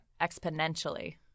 Exponentially